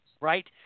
right